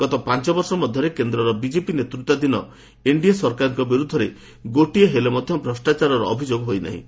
ଗତ ପାଞ୍ଚ ବର୍ଷ ମଧ୍ୟରେ କେନ୍ଦ୍ରର ବିଜେପି ନେତୃତ୍ୱାଧୀନ ଏନ୍ଡିଏ ସରକାରଙ୍କ ବିରୁଦ୍ଧରେ ଗୋଟିଏ ହେଲେ ବି ଭ୍ରଷ୍ଟାଚାରର ଅଭିଯୋଗ ହୋଇନାହିଁ